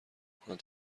کنند